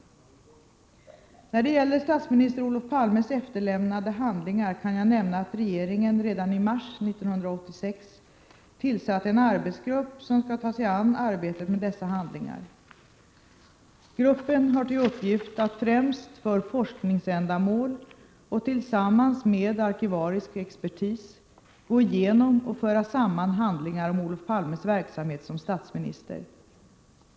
När det gäller statsminister Olof Palmes efterlämnade handlingar kan jag nämna att regeringen redan i mars 1986 tillsatte en arbetsgrupp som skall ta föra samman handlingar om Olot Palmes verksamhet som statsminister.